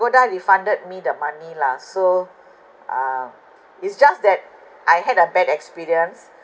refunded me the money lah so uh it's just that I had a bad experience